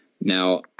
Now